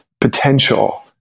potential